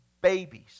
babies